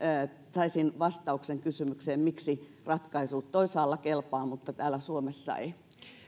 saisin vastauksen kysymykseen miksi ratkaisu toisaalla kelpaa mutta täällä suomessa ei